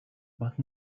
but